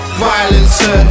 violence